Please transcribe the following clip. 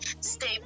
stay